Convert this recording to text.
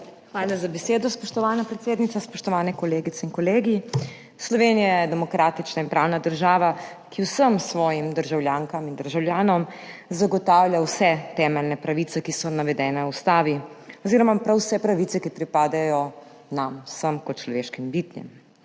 Hvala za besedo, spoštovana predsednica. Spoštovani kolegice in kolegi! Slovenija je demokratična in pravna država, ki vsem svojim državljankam in državljanom zagotavlja vse temeljne pravice, ki so navedene v ustavi, oziroma prav vse pravice, ki pripadajo nam vsem kot človeškim bitjem.